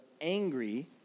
angry